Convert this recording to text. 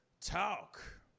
Talk